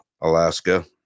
Alaska